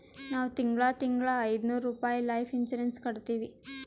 ನಾವ್ ತಿಂಗಳಾ ತಿಂಗಳಾ ಐಯ್ದನೂರ್ ರುಪಾಯಿ ಲೈಫ್ ಇನ್ಸೂರೆನ್ಸ್ ಕಟ್ಟತ್ತಿವಿ